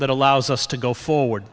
that allows us to go forward